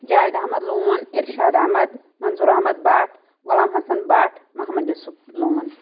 Javed Ahmad Lone Irshad Ahmad Manzoor Ahmad Bhat Ghulam Hassan Bhat Mohammad Yousuf Lone